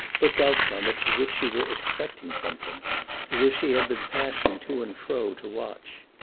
looked out from it as if she were expecting something as if she had been passing to and fro to watch.